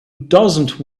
doesn’t